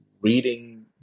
reading